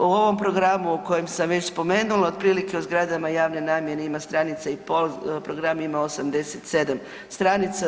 U ovom programu koji sam već spomenula otprilike o zgradama javne namjene ima stranica i pol, program ima 87 stranica.